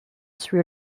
sri